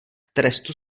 trestu